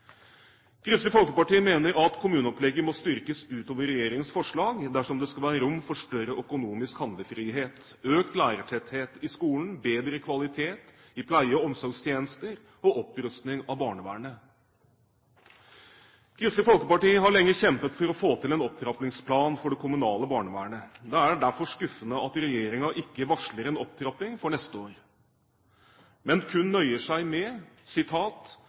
Kristelig Folkeparti mener at kommuneopplegget må styrkes utover regjeringens forslag dersom det skal være rom for større økonomisk handlefrihet, økt lærertetthet i skolen, bedre kvalitet i pleie- og omsorgstjenester og opprustning av barnevernet. Kristelig Folkeparti har lenge kjempet for å få til en opptrappingsplan for det kommunale barnevernet. Det er derfor skuffende at regjeringen ikke varsler en opptrapping for neste år, men kun nøyer seg med